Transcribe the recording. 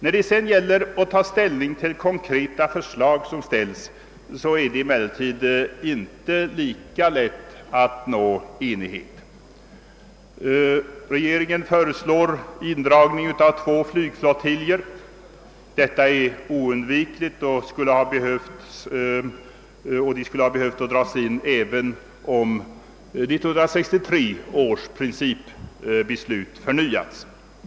När det sedan gäller att ta ställning till konkreta förslag som ställs är det inte lika lätt att uppnå enighet. Regeringen föreslår indragning av två flygflottiljer. Detta är oundvikligt — de skulle ha behövt dras in även om 1963 års principbeslut förnyats.